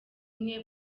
umwe